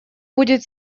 будет